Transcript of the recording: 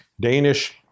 Danish